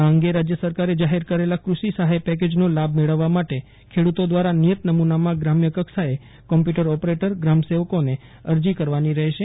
આ અંગે રાજ્ય સરકારે જાહેર કરેલા કૃષિ સહાય પેકેજનો લાભ મેળવવા માટે ખેડૂતો દ્વારા નિયત નમૂનામાં ગ્રામ્ય કક્ષાએ વિલેજ કોમ્પ્યુટર ઓપરેટરગ્રામસેવકને અરજી કરવાની રહેશે